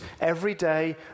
everyday